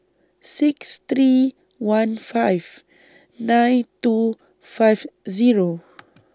six three one five nine two five Zero